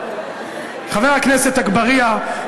חבר הכנסת אגבאריה,